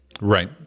Right